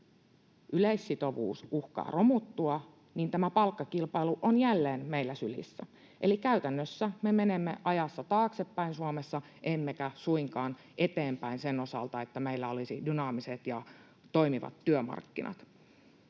yleissitovuus uhkaa romuttua, niin tämä palkkakilpailu on jälleen meillä sylissä, eli käytännössä me menemme ajassa taaksepäin Suomessa emmekä suinkaan eteenpäin sen osalta, että meillä olisi dynaamiset ja toimivat työmarkkinat.